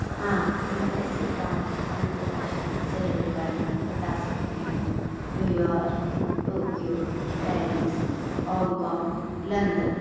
हाँ मैं ऐसे पाँच अंतराष्ट्रीय शहरों का नाम बता सकती हूँ New York Tokyo Paris Hong Kong London